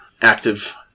active